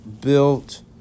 built